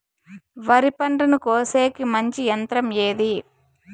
వరి పంటను కోసేకి మంచి యంత్రం ఏది?